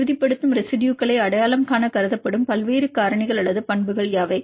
உறுதிப்படுத்தும் ரெசிடுயுகளை அடையாளம் காண கருதப்படும் பல்வேறு காரணிகள் அல்லது பண்புகள் யாவை